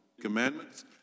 commandments